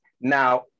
now